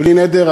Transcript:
בלי נדר,